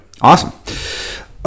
Awesome